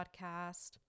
podcast